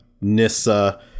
Nissa